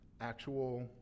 actual